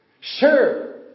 Sure